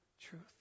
truth